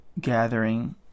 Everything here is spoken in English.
gathering